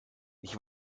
ich